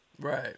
right